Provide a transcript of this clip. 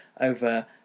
over